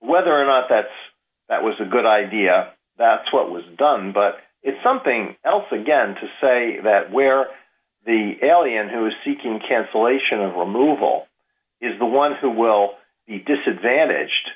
whether or not that's that was a good idea that's what was done but it's something else again to say that where the alien who is seeking cancellation of removal is the one who will be disadvantaged